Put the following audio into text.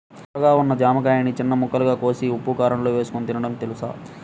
ధోరగా ఉన్న జామకాయని చిన్న ముక్కలుగా కోసి ఉప్పుకారంలో ఏసుకొని తినడం తెలుసా?